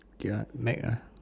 okay lah Mac ah